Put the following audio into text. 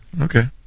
Okay